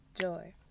joy